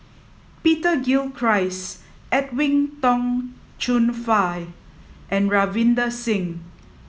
Peter Gilchrist Edwin Tong Chun Fai and Ravinder Singh